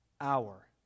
hour